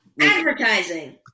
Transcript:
Advertising